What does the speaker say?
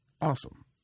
awesome